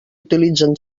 utilitzen